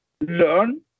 learn